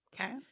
okay